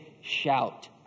shout